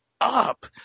up